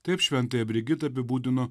taip šventąją brigitą apibūdino